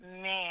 Man